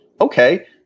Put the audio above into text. Okay